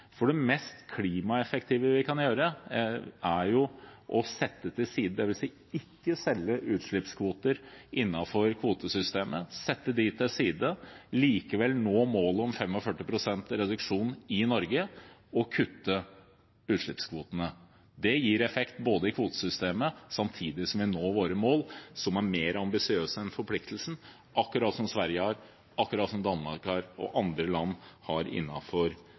for det mest klimaeffektive vi kan gjøre, er å sette til side – dvs. ikke selge utslippskvoter innenfor kvotesystemet, sette dem til side og likevel nå målet om 45 pst. reduksjon i Norge og kutte utslippskvotene. Det gir effekt i kvotesystemet samtidig som vi når våre mål, som er mer ambisiøse enn forpliktelsen, akkurat slik Sverige har, akkurat slik Danmark har, og slik andre land innenfor EU har.